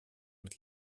mit